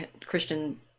Christian